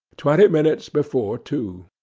twenty minutes before two.